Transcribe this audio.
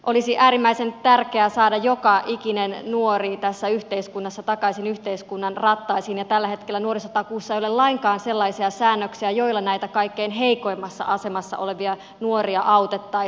olisi äärimmäisen tärkeää saada joka ikinen nuori tässä yhteiskunnassa takaisin yhteiskunnan rattaisiin ja tällä hetkellä nuorisotakuussa ei ole lainkaan sellaisia säännöksiä joilla näitä kaikkein heikoimmassa asemassa olevia nuoria autettaisiin